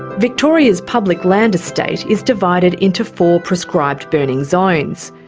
victoria's public land estate is divided into four prescribed burning zones.